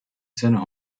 seiner